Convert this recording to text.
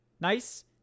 nice